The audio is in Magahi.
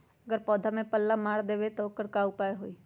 अगर पौधा में पल्ला मार देबे त औकर उपाय का होई?